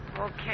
Okay